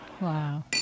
Wow